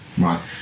Right